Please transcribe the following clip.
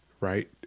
right